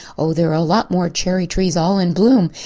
oh, there are a lot more cherry-trees all in bloom!